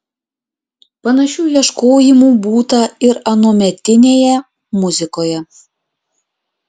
panašių ieškojimų būta ir anuometinėje muzikoje